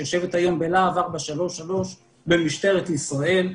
שיושבת היום בלהב 433 במשטרת ישראל,